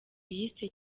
yise